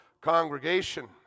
congregation